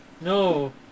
No